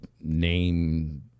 name